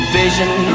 vision